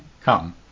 Come